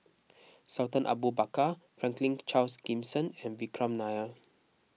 Sultan Abu Bakar Franklin Charles Gimson and Vikram Nair